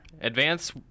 Advance